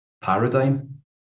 paradigm